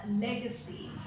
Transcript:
legacy